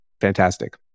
fantastic